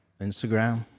Instagram